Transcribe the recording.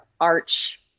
arch